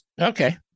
okay